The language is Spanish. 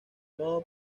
modo